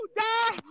die